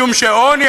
משום שעוני,